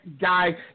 guy